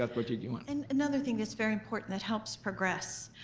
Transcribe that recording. cuthbert, did you want? and another thing that's very important that helps progress.